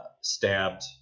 stabbed